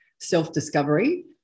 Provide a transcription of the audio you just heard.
self-discovery